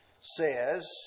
says